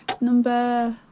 number